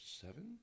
seven